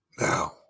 Now